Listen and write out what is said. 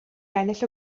ennill